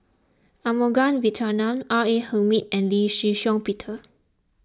Arumugam Vijiaratnam R A Hamid and Lee Shih Shiong Peter